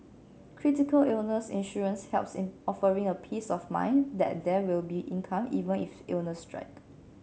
critical illness insurance helps in offering a peace of mind that there will be income even if illness strike